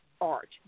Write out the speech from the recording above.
Art